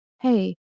hey